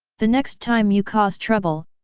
the next time you cause trouble,